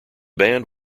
band